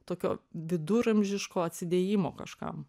tokio viduramžiško atsidėjimo kažkam